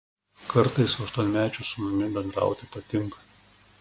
kartais su aštuonmečiu sūnumi bendrauti patinka